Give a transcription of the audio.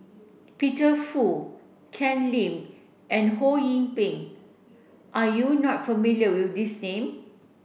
Peter Fu Ken Lim and Ho Yee Ping are you not familiar with these name